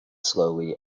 slowly